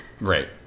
right